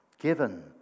given